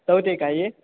ಸೌತೆಕಾಯಿ